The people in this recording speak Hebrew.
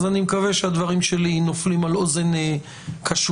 אני מקווה שהדברים שלי נופלים על אוזן קשובה.